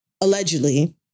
allegedly